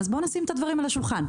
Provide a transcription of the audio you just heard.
בוא נשים את הדברים על השולחן,